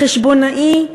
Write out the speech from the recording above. חשבונאי,